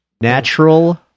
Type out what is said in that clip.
Natural